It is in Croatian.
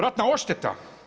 Ratna odšteta.